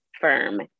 firm